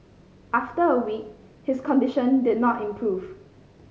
after a week his condition did not improve